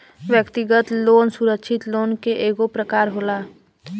व्यक्तिगत लोन सुरक्षित लोन के एगो प्रकार होला